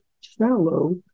shallow